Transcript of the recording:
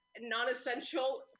non-essential